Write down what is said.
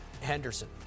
Henderson